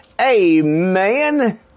Amen